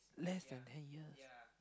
less than ten years